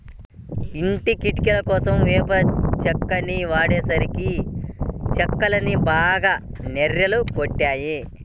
ఇంటి కిటికీలకోసం వేప చెక్కని వాడేసరికి కిటికీ చెక్కలన్నీ బాగా నెర్రలు గొట్టాయి